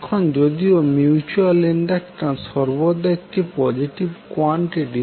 এখন যদিও mutual inductance সর্বদা একটি পজেটিভ কোয়ান্টিটি